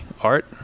Art